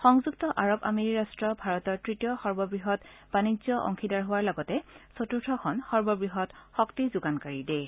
সংযুক্ত আৰৱ আমেৰি ৰাট্ট ভাৰতৰ ত়তীয় সৰ্ববহৎ বাণিজ্য অংশীদাৰ হোৱাৰ লগতে চতূৰ্থখন সৰ্ববহৎ শক্তি যোগানকাৰী দেশ